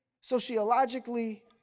sociologically